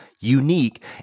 unique